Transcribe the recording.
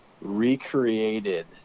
recreated